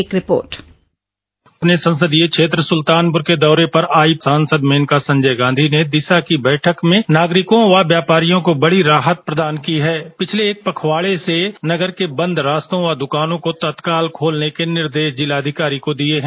एक रिपोर्ट अपने संसदीय क्षेत्र सुल्तानपुर के दौरे पर आई सांसद मेनका संजय गांधी ने दिशा की बैठक में नागरिकों व व्यापारियों को बड़ी राहत प्रदान की है पिछले एक पखवाड़े से नगर के बंद रास्तों व दुकानों को तत्काल खोलने के निर्देश जिलाधिकारी को दिए हैं